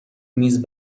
میز